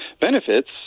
benefits